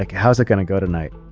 like how's it going to go tonight?